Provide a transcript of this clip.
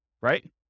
right